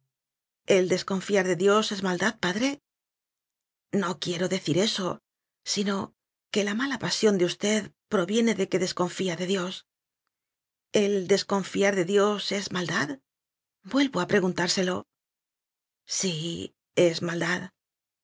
el desconfiar de dios es maldad padre no quiero decir eso sino que la mala pasión de usted proviene de que desconfía de dios el desconfiar de dios es maldad vuel vo a preguntárselo sí es maldad